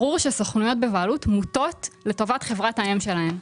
ברור שסוכנויות בבעלות מוטות לטובת חברת האם שלהן.